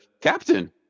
captain